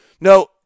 No